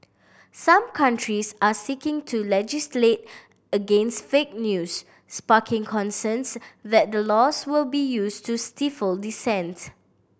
some countries are seeking to legislate against fake news sparking concerns that the laws will be used to stifle dissent